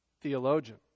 theologian